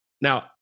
Now